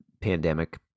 pandemic